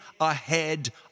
ahead